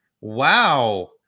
wow